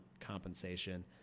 compensation